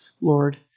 Lord